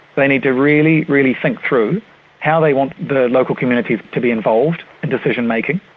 they need to really, really think through how they want the local community to be involved in decision-making,